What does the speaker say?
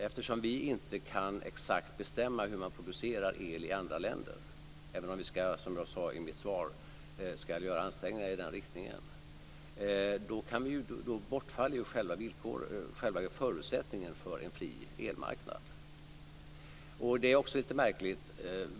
Eftersom vi inte exakt kan bestämma hur man producerar el i andra länder - även om vi, som jag sade i mitt svar, ska göra ansträngningar i den riktningen - bortfaller ju själva förutsättningen för en fri elmarknad.